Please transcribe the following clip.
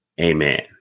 Amen